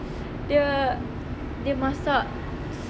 dia dia masak